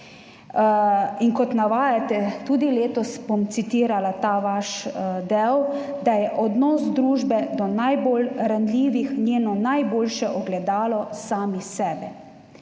In kot navajate tudi letos, bom citirala ta vaš del, je »odnos družbe do najbolj ranljivih njeno najboljše ogledalo sami sebi«.